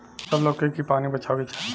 सब लोग के की पानी बचावे के चाही